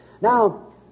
Now